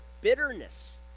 bitterness